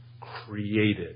created